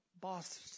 boss